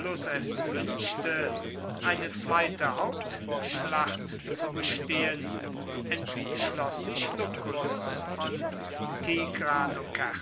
wünschte eine zweite hauptschlacht zu bestehen entschloß sich lucullus von